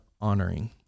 honoring